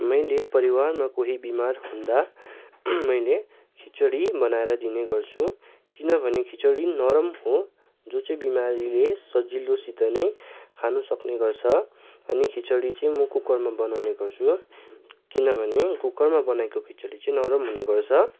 मैले परिवारमा कोही बिमार हुँदा मैले खिचडी बनाएर दिने गर्छु किनभने खिचडी नरम हो जो चाहिँ बिमारीले सजिलोसित नै खानु सक्ने गर्छ अनि खिचडी चाहिँ म कुकरमा बनाउने गर्छु किनभने कुकरमा बनाएको खिचडी चाहिँ नरम हुने गर्छ